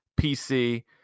PC